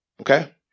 Okay